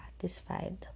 satisfied